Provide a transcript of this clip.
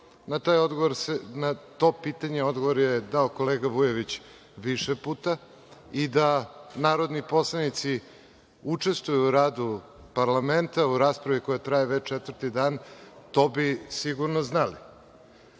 na to pitanje odgovor je dao kolega Vujović više puta. Da narodni poslanici učestvuju u radu parlamenta, u raspravi koja traje već četvrti dan, to bi sigurno